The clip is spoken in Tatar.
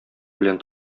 белән